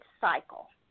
cycle